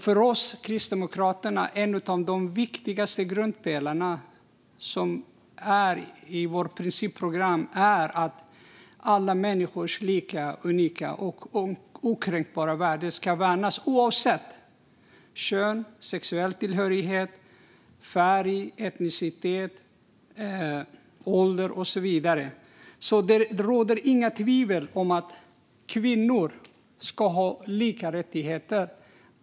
För oss kristdemokrater är en av de viktigaste grundpelarna, som finns i vårt principprogram, att alla människors lika, unika och okränkbara värde ska värnas oavsett kön, sexuell tillhörighet, hudfärg, etnicitet, ålder och så vidare. Det råder inga tvivel om att kvinnor ska ha lika rättigheter.